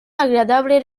agradable